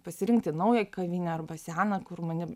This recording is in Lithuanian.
pasirinkti naują kavinę arba seną kur mane